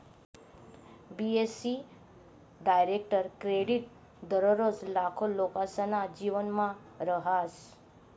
बी.ए.सी direct credit दररोज लाखो लोकेसना जीवनमा रहास